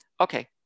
Okay